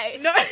No